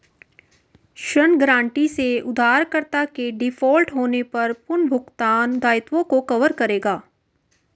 ऋण गारंटी से उधारकर्ता के डिफ़ॉल्ट होने पर पुनर्भुगतान दायित्वों को कवर करेगा